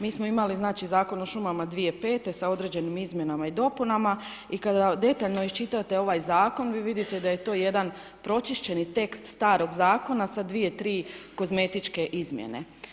Mi smo imali Zakon o šumama '05., sa određenim izmjenama i dopunama i kada detaljno iščitate ovaj zakon vi vidite da je to jedan pročišćeni tekst starog zakona sa dvije-tri kozmetičke izmjene.